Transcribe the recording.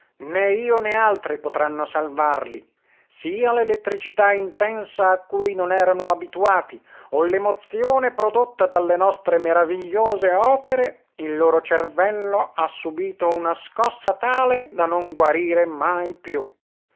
né io né altri potranno salvarli sia l'elettricità intensa a cui non erano abituati o l'emozione prodotta dalle nostre meravigliose opere il loro cervello ha subito una scossa tale da non guarire mai più